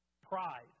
Pride